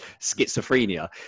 schizophrenia